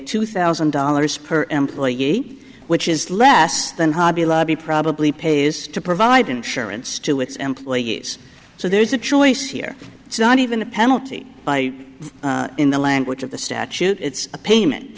two thousand dollars per employee which is less than hobby lobby probably pays to provide insurance to its employees so there's a choice here it's not even a penalty by in the language of the statute it's a payment